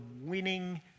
winning